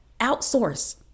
outsource